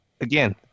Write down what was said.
again